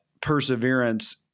perseverance